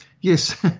yes